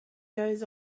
goes